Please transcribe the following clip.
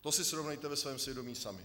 To si srovnejte ve svém svědomí sami.